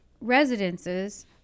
residences